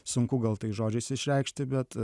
sunku gal tai žodžiais išreikšti bet